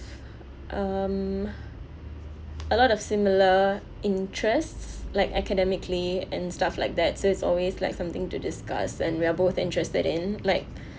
um a lot of similar interests like academically and stuff like that so it's always like something to discuss and we are both interested in like